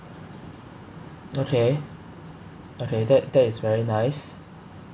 okay okay that that is very nice